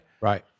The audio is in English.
right